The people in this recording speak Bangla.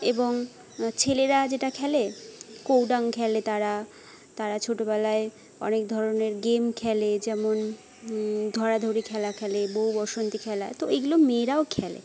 এবং ছেলেরা যেটা খেলে কৌ ডাং খেলে তারা তারা ছোটবেলায় অনেক ধরনের গেম খেলে যেমন ধরাধরি খেলা খেলে চবউ বসন্তী খেলা তো এগুলো মেয়েরাও খেলে